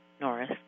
Norris